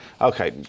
Okay